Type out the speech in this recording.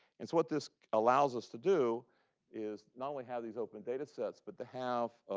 and so what this allows us to do is not only have these open data sets, but to have